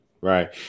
Right